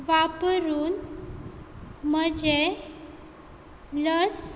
वापरून म्हजें लस